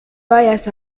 vayas